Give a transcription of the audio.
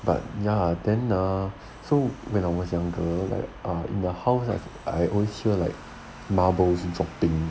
but ya then err so when I was younger like err in the house ah I oh sure like marbles is dropping